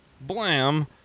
Blam